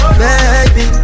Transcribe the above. baby